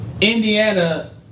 Indiana